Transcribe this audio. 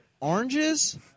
Oranges